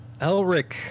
Elric